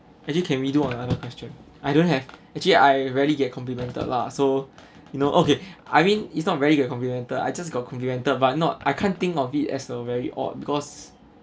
actually can we do another question I don't have actually I rarely get complimented lah so you know okay I mean it's not I rarely got complimented I just got complimented but not I can't think of it as a very odd because